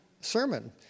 sermon